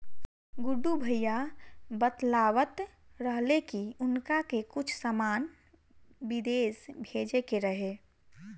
गुड्डू भैया बतलावत रहले की उनका के कुछ सामान बिदेश भेजे के रहे